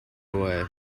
away